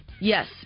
Yes